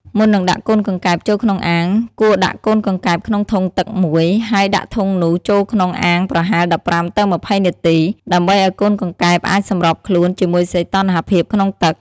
មុននឹងដាក់កូនកង្កែបចូលក្នុងអាង គួរដាក់កូនកង្កែបក្នុងធុងទឹកមួយ ហើយដាក់ធុងនោះចូលក្នុងអាងប្រហែល ១៥ ទៅ ២០ នាទី ដើម្បីឲ្យកូនកង្កែបអាចសម្របខ្លួនជាមួយសីតុណ្ហភាពក្នុងទឹក។